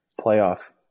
playoff